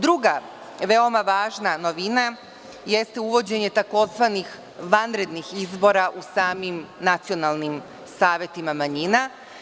Druga veoma važna novina jeste uvođenje tzv. vanrednih izbora u samim nacionalnim savetima manjina.